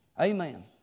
Amen